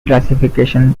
classification